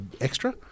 extra